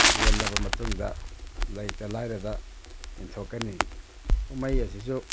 ꯌꯦꯜꯂꯕ ꯃꯇꯨꯡꯗ ꯂꯩꯇ ꯂꯥꯏꯔꯗ ꯌꯦꯟꯊꯣꯛꯀꯅꯤ ꯀꯨꯝꯍꯩ ꯑꯁꯤꯁꯨ